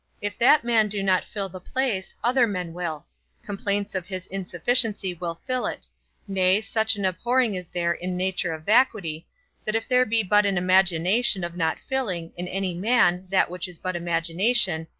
if that man do not fill the place, other men will complaints of his insufficiency will fill it nay, such an abhorring is there in nature of vacuity that if there be but an imagination of not filling, in any man, that which is but imagination,